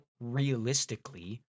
realistically